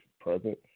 present